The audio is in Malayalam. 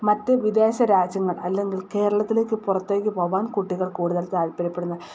മറ്റു വിദേശരാജ്യങ്ങൾ അല്ലെങ്കിൽ കേരളത്തിലേക്ക് പുറത്തേക്ക് പോകുവാൻ കുട്ടികൾ കൂടുതൽ താൽപര്യപ്പെടുന്നത്